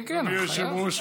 אדוני היושב-ראש,